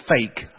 fake